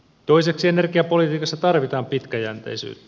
toiseksi energiapolitiikassa tarvitaan pitkäjänteisyyttä